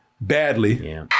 badly